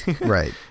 Right